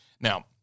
Now